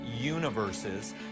universes